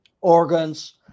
organs